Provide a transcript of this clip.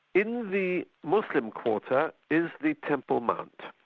in the muslim quarter is the temple mount.